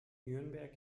nürnberg